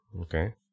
Okay